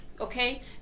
Okay